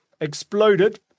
exploded